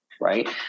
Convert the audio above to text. right